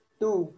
two